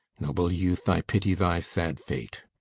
noble youth, i pity thy sad fate!